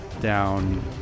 down